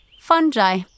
Fungi